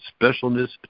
specialness